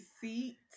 seat